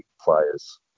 players